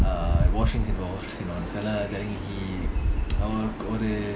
uh இதெல்லாம்அவனுக்குஒரு:idhellam avanuku oru